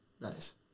Nice